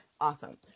Awesome